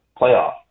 playoff